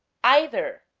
either.